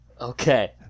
Okay